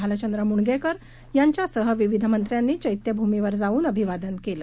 भालचंद्रमुणगेकरयांच्यासहविविधमंत्र्यांनीचैत्यभुमीवरजावुनअभिवादनकेलं